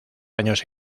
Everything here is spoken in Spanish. años